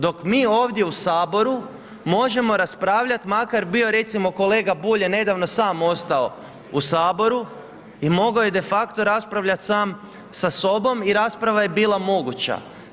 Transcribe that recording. Dok mi ovdje u Saboru možemo raspravljati makar bio, recimo kolega Bulj je nedavno sam ostao u Saboru i mogao je de facto raspravljati sam sa sobom i rasprava je bila moguća.